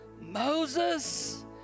Moses